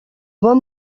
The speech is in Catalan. bon